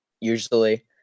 usually